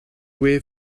gwe